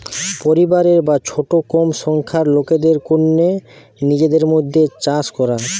পরিবারের বা ছোট কম সংখ্যার লোকদের কন্যে নিজেদের মধ্যে চাষ করা